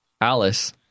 Alice